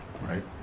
Right